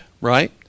right